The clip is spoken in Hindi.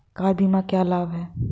कार बीमा का क्या लाभ है?